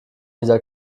dieser